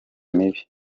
mibi